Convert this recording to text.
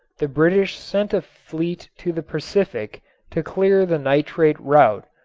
the british sent a fleet to the pacific to clear the nitrate route,